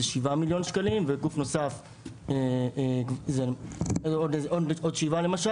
זה 7 מיליון שקלים וגוף נוסף עוד 7 מיליון,